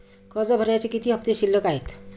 कर्ज भरण्याचे किती हफ्ते शिल्लक आहेत?